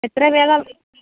എത്രയും വേഗം